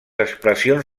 expressions